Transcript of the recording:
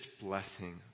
blessing